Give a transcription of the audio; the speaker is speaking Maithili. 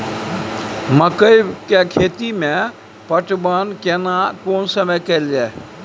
मकई के खेती मे पटवन केना कोन समय कैल जाय?